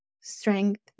strength